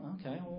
okay